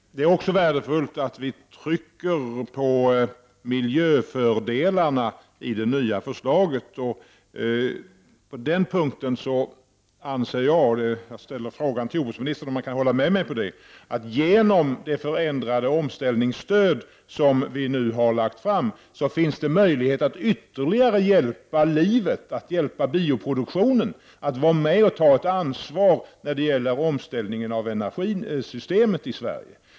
Det är också värdefullt att vi understryker miljöfördelarna i det nya förslaget. Jag vill fråga jordbruksministern om han kan hålla med mig om att det genom det förändrade omställningsstöd som vi nu föreslår finns möjlighet att ytterligare hjälpa livet, bioproduktionen, att vara med och ta ett ansvar när det gäller omställningen av energisystemet i Sverige.